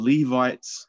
Levites